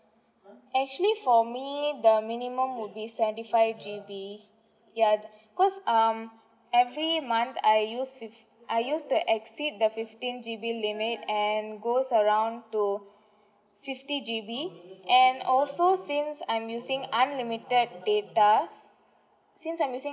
actually for me the minimum would be seventy five G_B ya cause um every month I use with I use to exceed the fifteen G_B limit and goes around to fifty G_B and also since I'm using unlimited data since I'm using